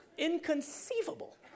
Inconceivable